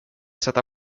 sätta